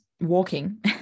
walking